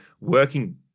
working